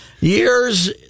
years